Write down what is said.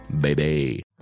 Baby